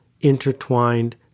intertwined